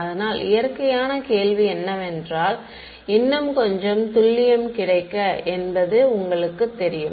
அதனால் இயற்கையான கேள்வி என்னவென்றால் இன்னும் கொஞ்சம் துல்லியம் கிடைக்க என்பது உங்களுக்குத் தெரியும்